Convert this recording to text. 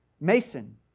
Mason